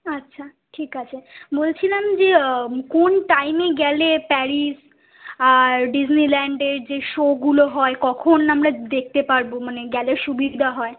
আচ্ছা ঠিক আছে বলছিলাম যে কোন টাইমে গেলে প্যারিস আর ডিসনিল্যান্ডের যে শ্যোগুলো হয় কখন আমরা দেখতে পারবো মানে গেলে সুবিধা হয়